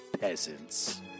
peasants